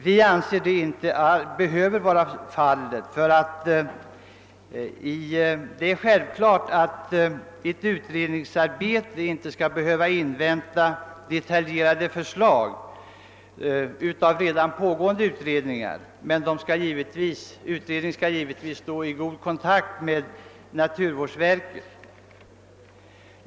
Vi anser att det inte behöver vara fallet, eftersom den av oss föreslagna utredningen inte skall behöva invänta detaljerade förslag från redan skall givetvis dock stå i god kontakt med naturvårdsverket.